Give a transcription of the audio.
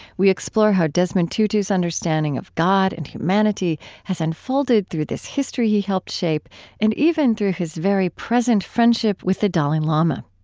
we explore how desmond tutu's understanding of god and humanity has unfolded through this history he helped shape and even through his very present friendship with the dalai lama